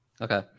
Okay